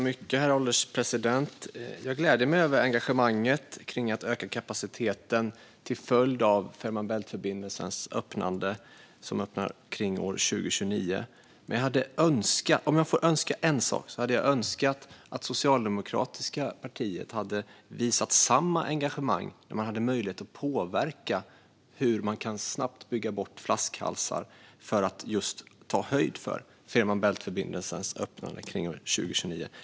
Herr ålderspresident! Jag gläder mig över engagemanget för att öka kapaciteten till följd av Fehmarn Bält-förbindelsens öppnande kring år 2029. Om jag får önska en sak hade jag önskat att det socialdemokratiska partiet hade visat samma engagemang när man hade möjlighet att påverka hur man snabbt hade kunnat bygga bort flaskhalsar för att ta höjd för Fehmarn Bält-förbindelsens öppnande kring 2029.